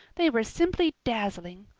they were simply dazzling.